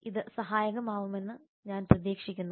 ഇത് സഹായകമാവുമെന്നു ഞാൻ പ്രതീക്ഷിക്കുന്നു